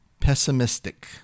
Pessimistic